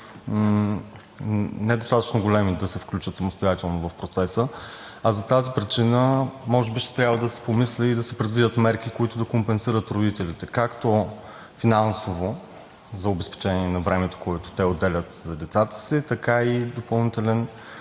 недостатъчно големи да се включат самостоятелно в процеса. За тази причина може би ще трябва да се помисли и да се предвидят мерки, които да компенсират финансово родителите, както за обезпечение на времето, което те отделят за децата си, така и допълнителен